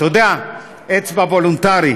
אתה יודע, אצבע, וולונטרי.